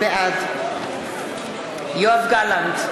בעד יואב גלנט,